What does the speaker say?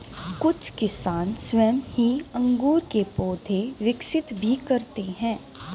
कुछ किसान स्वयं ही अंगूर के पौधे विकसित भी करते हैं